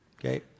Okay